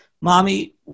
Mommy